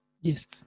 yes